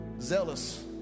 zealous